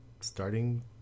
starting